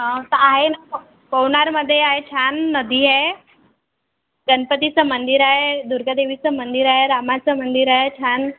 तर आहे ना प पवनारमध्ये आहे छान नदी आहे गणपतीचं मंदिर आहे दुर्गादेवीचं मंदिर आहे रामाचं मंदिर आहे छान